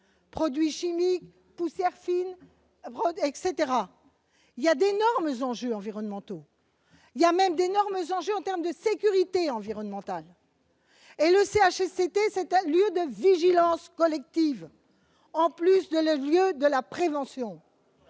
produits chimiques, poussières fines, etc. Il y a d'énormes enjeux environnementaux. Il y a même d'énormes enjeux en termes de sécurité environnementale. Or le CHSCT est un lieu de vigilance collective en plus d'être celui de la prévention,